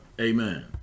Amen